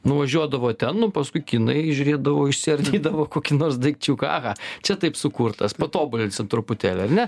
nuvažiuodavo ten nu paskui kinai žiūrėdavo išsiardydavo kokį nors daikčiuką aha čia taip sukurtas patobulinsim truputėlį ar ne